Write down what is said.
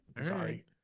sorry